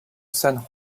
san